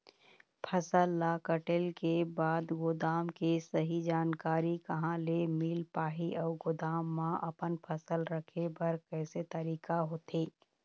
फसल ला कटेल के बाद गोदाम के सही जानकारी कहा ले मील पाही अउ गोदाम मा अपन फसल रखे बर कैसे तरीका होथे?